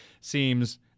seems